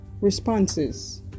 responses